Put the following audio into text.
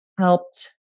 helped